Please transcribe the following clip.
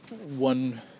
One